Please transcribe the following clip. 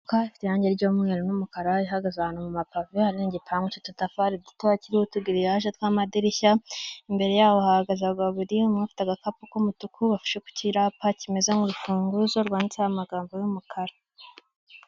Imodoka ifite irangi ry'umweru n'umukara. Ihagaze ahantu mu mapave. Hari n'igipangu cy'ututafari dutoya. Kiriho utugiriyaje tw'amadirishya. Imbere yaho hahagaze abagabo babiri. Umwe ufite agakapu k'umutuku bafashe ku cyapa kimeze nk'urufunguzo rwanditseho amagambo y'umukara.